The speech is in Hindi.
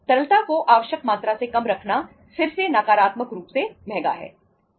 तरलता को आवश्यक मात्रा से कम रखना फिर से नकारात्मक रूप से महंगा है